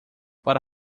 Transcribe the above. para